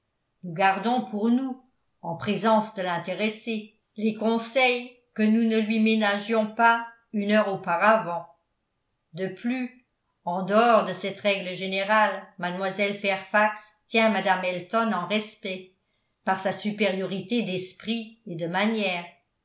nous gardons pour nous en présence de l'intéressé les conseils que nous ne lui ménagions pas une heure auparavant de plus en dehors de cette règle générale mlle fairfax tient mme elton en respect par sa supériorité d'esprit et de manières